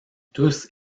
tous